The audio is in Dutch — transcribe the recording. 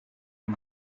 was